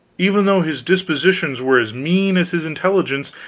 even though his dispositions were as mean as his intelligence,